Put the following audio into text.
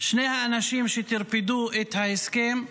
שני האנשים שטרפדו את ההסכם,